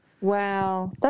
Wow